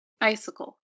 Icicle